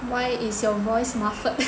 why is your voice muffled